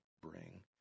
bring